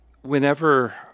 whenever